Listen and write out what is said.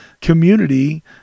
community